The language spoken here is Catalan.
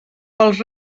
pels